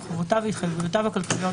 חובותיו והתחייבויותיו הכלכליות,